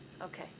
Okay